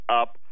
up